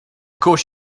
course